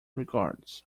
regards